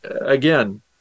again